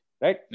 right